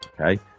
okay